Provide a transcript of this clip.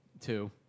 Two